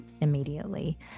immediately